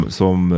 som